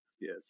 Yes